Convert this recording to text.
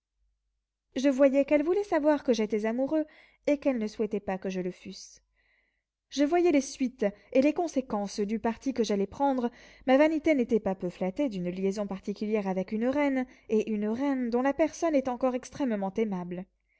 je voyais qu'elle voulait savoir si j'étais amoureux et qu'elle ne souhaitait pas que je le fusse je voyais les suites et les conséquences du parti que j'allais prendre ma vanité n'était pas peu flattée d'une liaison particulière avec une reine et une reine dont la personne est encore extrêmement aimable